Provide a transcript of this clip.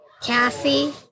Cassie